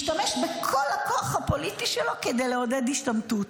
משתמש בכל הכוח הפוליטי שלו כדי לעודד השתמטות.